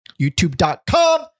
youtube.com